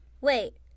Wait